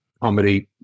comedy